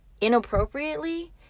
inappropriately